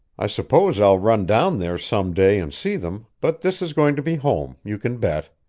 i suppose i'll run down there some day and see them, but this is going to be home, you can bet.